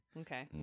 Okay